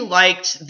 liked